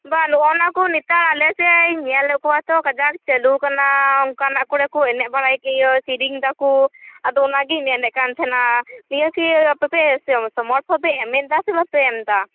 ᱵᱟᱝ ᱱᱚᱜ ᱱᱚᱜᱱᱟᱠᱚ ᱱᱮᱛᱟᱨ ᱟᱞᱮᱥᱮᱜ ᱤᱧ ᱧᱮᱞᱮᱜ ᱠᱚᱣᱟ ᱛᱚ ᱠᱟᱡᱟᱠ ᱪᱟ ᱞᱩ ᱠᱟᱱᱟ ᱚᱱᱠᱟᱱᱟᱜ ᱠᱚᱨᱮᱠᱚ ᱮᱱᱮᱡ ᱵᱟᱲᱟᱭ ᱤᱭᱟ ᱥᱮᱨᱮᱧ ᱫᱟ ᱠᱚ ᱟᱫᱚ ᱚᱱᱟ ᱜᱮᱧ ᱢᱮᱱᱮᱜ ᱠᱟᱱ ᱛᱟᱦᱮᱱᱟ ᱱᱤᱭᱟᱹ ᱠᱤ ᱟᱯᱮᱯᱮ ᱥᱚ ᱥᱚᱢᱚᱨᱛᱷᱚᱯᱮ ᱮᱢᱮᱜ ᱫᱟ ᱪᱮ ᱵᱟᱯᱮ ᱮᱢᱮᱫᱟ